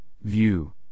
view